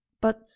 But